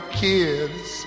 kids